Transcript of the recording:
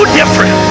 different